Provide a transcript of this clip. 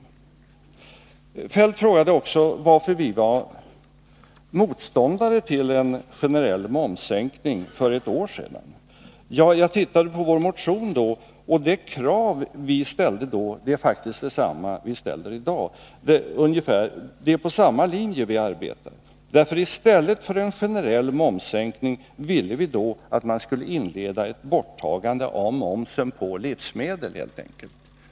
Kjell-Olof Feldt frågade också varför vi för ett år sedan var motståndare till en generell sänkning av momsen. Jag tittade i vår motion från det tillfället. Det krav som vi då ställde är faktiskt detsamma som vi i dag ställer — vi arbetar på samma linje. I stället för att generellt sänka momsen ville vi att man skulle inleda ett borttagande av momsen på livsmedel.